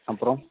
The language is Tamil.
அப்புறம்